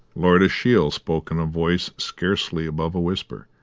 lord ashiel spoke in a voice scarcely above a whisper,